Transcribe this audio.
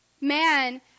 man